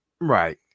Right